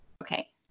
okay